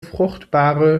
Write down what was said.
fruchtbare